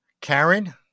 Karen